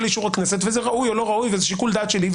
לאישור הכנסת וזה ראוי או לא ראוי וזה שיקול דעת שלי,